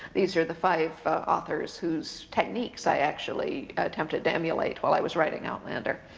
these are the five authors whose techniques i actually attempted to emulate while i was writing outlander.